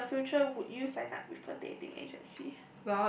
in the future would you sign up with a dating agency